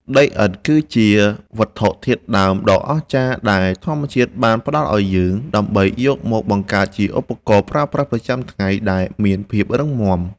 ដីឥដ្ឋគឺជាវត្ថុធាតុដើមដ៏អស្ចារ្យដែលធម្មជាតិបានផ្ដល់ឱ្យយើង ដើម្បីយកមកបង្កើតជាឧបករណ៍ប្រើប្រាស់ប្រចាំថ្ងៃដែលមានភាពរឹងមាំ។